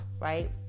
right